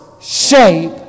shape